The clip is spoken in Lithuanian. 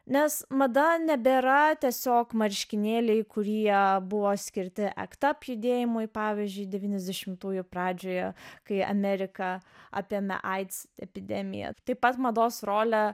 nes mada nebėra tiesiog marškinėliai kurie buvo skirti akt ap judėjimui pavyzdžiui devyniasdešimtųjų pradžioje kai ameriką apėmė aids epidemija taip pat mados rolę